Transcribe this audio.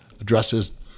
addresses –